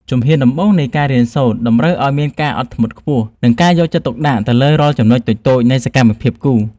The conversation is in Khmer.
ជំហានដំបូងនៃការរៀនសូត្រតម្រូវឱ្យមានការអត់ធ្មត់ខ្ពស់ និង ការយកចិត្តទុកដាក់ទៅលើរាល់ចំណុចតូចៗនៃសកម្មភាពគូរ។